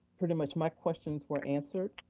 pretty much my questions were answered,